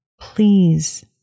please